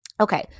Okay